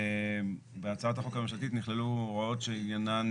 בהצעת החוק הממשלתית נכללו הוראות שעניינן